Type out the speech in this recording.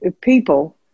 people